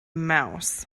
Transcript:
mouse